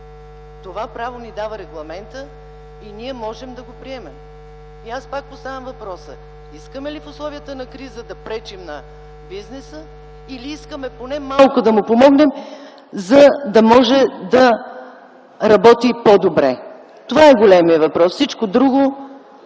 регламентът ни дава това право и ние можем да го приемем. Аз пак поставям въпроса: искаме ли в условията на криза да пречим на бизнеса, или искаме поне малко да му помогнем, за да може да работи по-добре? Това е големият въпрос, всичко друго